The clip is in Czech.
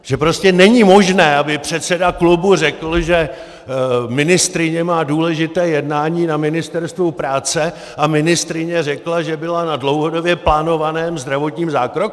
Že prostě není možné, aby předseda klubu řekl, že ministryně má důležité jednání na Ministerstvu práce, a ministryně řekla, že byla na dlouhodobě plánovaném zdravotním zákroku?